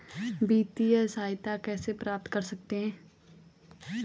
वित्तिय सहायता कैसे प्राप्त कर सकते हैं?